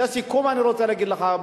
לסיכום אני רוצה להגיד לך,